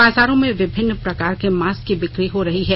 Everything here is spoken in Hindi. बाजारों में विभिन्न प्रकार के मास्क की बिकी हो रही है